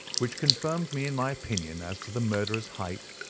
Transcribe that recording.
which confirmed me in my opinion as to the murderer's height,